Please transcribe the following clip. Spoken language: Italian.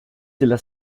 della